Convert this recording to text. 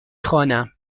خوانم